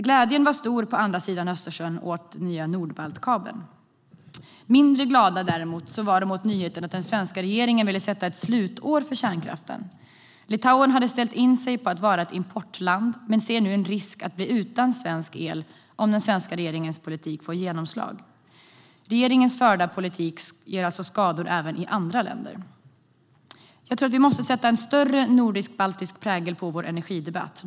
Glädjen var stor på andra sidan Östersjön för den nya Nordbaltkabeln. Mindre glada var de däremot åt nyheten att den svenska regeringen vill sätta ett slutår för kärnkraften. Litauen hade ställt in sig på att vara ett importland men ser nu en risk att bli utan svensk el om den svenska regeringens politik får genomslag. Regeringens förda politik ger alltså skador även i andra länder. Jag tror att vi måste sätta en större nordisk-baltisk prägel på vår energidebatt.